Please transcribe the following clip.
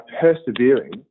persevering